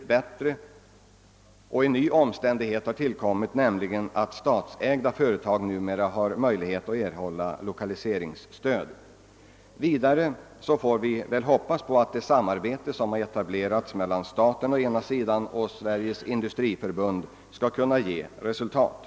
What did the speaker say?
Dessutom hade den nya omständigheten tillkommit, att statsägda företag hade möjlighet att erhålla lokaliseringsstöd. Vidare får vi hoppas att det samarbete som etablerats mellan staten och Sveriges industriför bund skall ge resultat.